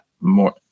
more